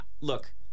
Look